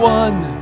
one